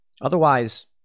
Otherwise